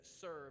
serve